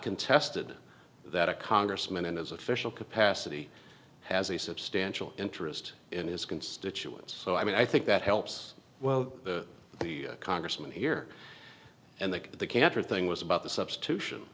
contested that a congressman and his official capacity has a substantial interest in his constituents so i mean i think that helps well the congressman here and that the cantor thing was about the substitution